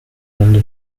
blonde